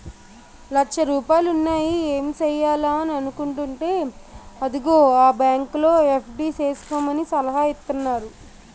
లచ్చ రూపాయలున్నాయి ఏం సెయ్యాలా అని అనుకుంటేంటే అదిగో ఆ బాంకులో ఎఫ్.డి సేసుకోమని సలహా ఇత్తన్నారు